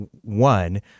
One